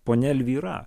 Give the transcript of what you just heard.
ponia elvyra